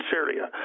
Syria